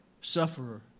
sufferer